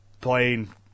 playing